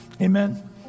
Amen